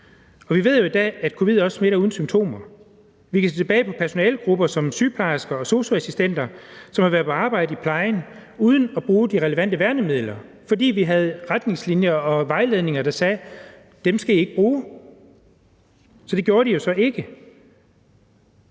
Og vi ved jo i dag, at der også er covid-19-smittede uden symptomer. Vi kan se tilbage på personalegrupper som sygeplejersker og sosu-assistenter, som har været på arbejde i plejen uden at bruge de relevante værnemidler, fordi vi havde retningslinjer og vejledninger, der sagde: Dem skal I ikke bruge. Så det gjorde de jo ikke